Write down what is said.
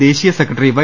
ദേശീയ secretary Y